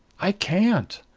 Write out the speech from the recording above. i can't!